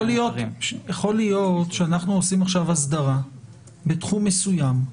יכול להיות שאנחנו עושים עכשיו אסדרה בתחום מסוים,